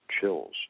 chills